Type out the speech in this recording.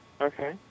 Okay